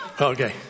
Okay